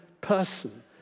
person